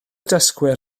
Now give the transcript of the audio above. dysgwyr